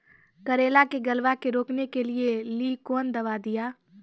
करेला के गलवा के रोकने के लिए ली कौन दवा दिया?